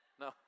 no